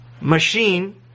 machine